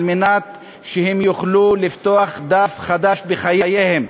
כדי שהם יוכלו לפתוח דף חדש בחייהם,